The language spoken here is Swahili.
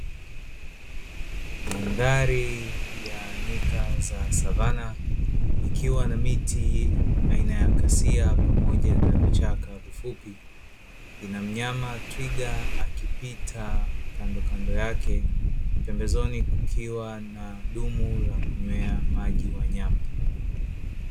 Mandhari ya nyika za savana ikiwa na miti aina ya kasia pamoja na vichaka vifupi, ina mnyama twiga akipita kandokando yake pembezoni kukiwa na dumu la kunywea maji wanyama.